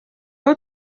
aho